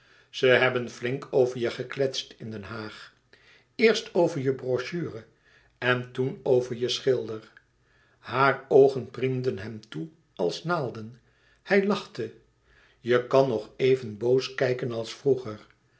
ze hebben flink over je gekletst in den haag eerst over je brochure en toen over je schilder haar oogen priemden hem toe als naalden hij lachte je kan nog even boos kijken als vroeger